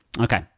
Okay